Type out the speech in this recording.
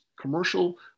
commercial